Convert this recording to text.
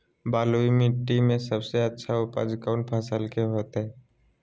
बलुई मिट्टी में सबसे अच्छा उपज कौन फसल के होतय?